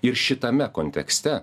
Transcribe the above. ir šitame kontekste